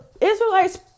Israelites